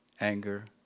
anger